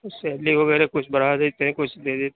salary وغیرہ کچھ بڑھا دیتے کچھ دے دیتے